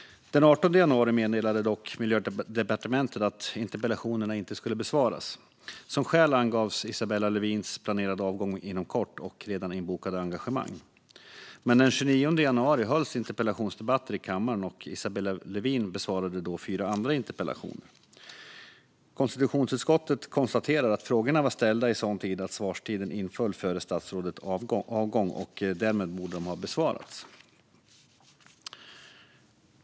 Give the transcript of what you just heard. Den 18 januari meddelade dock Miljödepartementet att interpellationerna inte skulle besvaras. Som skäl angavs Isabella Lövins planerade avgång inom kort och redan inbokade engagemang. Men den 29 januari hölls interpellationsdebatter i kammaren, och Isabella Lövin besvarade då fyra andra interpellationer. Konstitutionsutskottet konstaterar att frågorna var ställda i sådan tid att svarstiden inföll före statsrådets avgång. Därmed borde de ha besvarats.